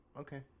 okay